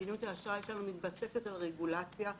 מדיניות האשראי שלנו מתבססת על רגולציה.